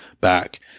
back